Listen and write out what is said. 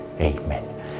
Amen